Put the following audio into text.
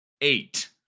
eight